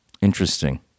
Interesting